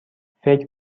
فکر